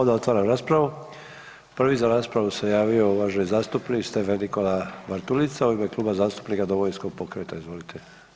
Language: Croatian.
Onda otvaram raspravu, prvi za raspravu se javio uvaženi zastupnik Stephen Nikola Bartulica u ime Kluba zastupnika Domovinskog pokreta, izvolite.